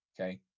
Okay